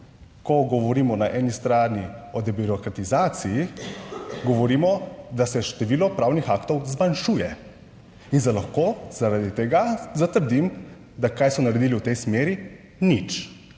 Ko govorimo na eni strani o debirokratizaciji, govorimo, da se število pravnih aktov zmanjšuje in se lahko zaradi tega zatrdim, da kaj so naredili v tej smeri, nič.